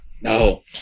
No